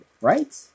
Right